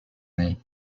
année